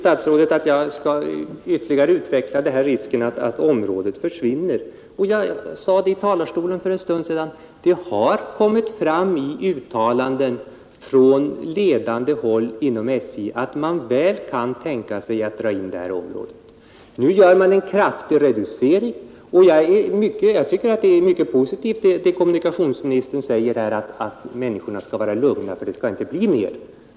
Statsrådet vill att jag ytterligare skall utveckla mitt resonemang om att Ange trafikområde kan komma att försvinna. Från kammarens talarstol sade jag för en stund sedan att det från ledande håll inom SJ har kommit fram i uttalanden att man kan tänka sig dra in detta område. Nu när man förbereder en kraftig reducering, tycker jag det är positivt att höra kommunikationsministern säga att de anställda kan vara lugna och att det inte skall bli någon ytterligare reducering.